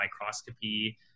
microscopy